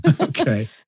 Okay